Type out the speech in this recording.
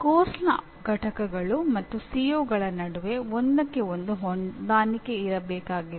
ಪಠ್ಯಕ್ರಮದ ಘಟಕಗಳು ಮತ್ತು ಸಿಒಗಳ ನಡುವೆ ಒಂದಕ್ಕೆ ಒಂದು ಹೊಂದಾಣಿಕೆ ಇರಬೇಕಾಗಿಲ್ಲ